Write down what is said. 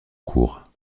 cours